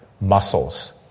muscles